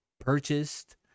purchased